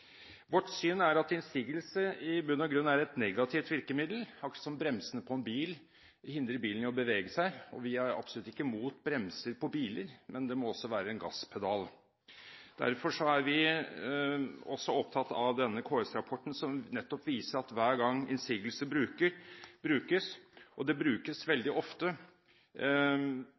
Vårt syn er at innsigelse i bunn og grunn er et negativt virkemiddel, akkurat som bremsene på en bil hindrer bilen i å bevege seg. Vi er absolutt ikke mot bremser på biler, men det må også være en gasspedal. Derfor er vi også opptatt av denne KS-rapporten som nettopp viser at hver gang innsigelse brukes – og det brukes veldig ofte